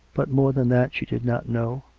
but more than that she did not know,